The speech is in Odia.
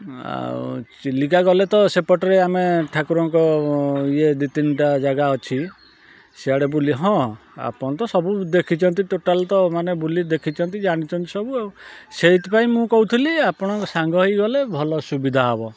ଆଉ ଚିଲିକା ଗଲେ ତ ସେପଟରେ ଆମେ ଠାକୁରଙ୍କ ଇଏ ଦୁଇ ତିନି ଟା ଜାଗା ଅଛି ସିଆଡ଼େ ବୁଲି ହଁ ଆପଣ ତ ସବୁ ଦେଖିଛନ୍ତି ଟୋଟାଲ୍ ତ ମାନେ ବୁଲି ଦେଖିଛନ୍ତି ଜାଣିଛନ୍ତି ସବୁ ଆଉ ସେଇଥିପାଇଁ ମୁଁ କହୁଥିଲି ଆପଣଙ୍କ ସାଙ୍ଗ ହେଇ ଗଲେ ଭଲ ସୁବିଧା ହବ